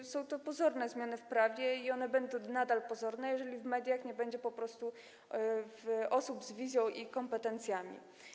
To są pozorne zmiany, zmiany w prawie, i one będą nadal pozorne, jeżeli w mediach nie będzie po prostu osób z wizją i kompetencjami.